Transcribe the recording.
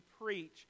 preach